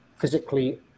physically